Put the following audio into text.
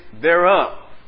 thereof